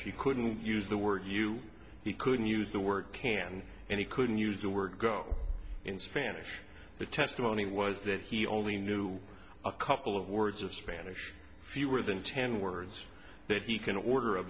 spanish he couldn't use the word you he couldn't use the word can and he couldn't use the word go in spanish the testimony was that he only knew a couple of words of spanish fewer than ten words that he can order a